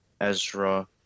Ezra